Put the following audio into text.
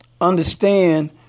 understand